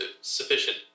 sufficient